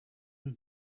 mir